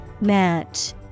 Match